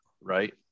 right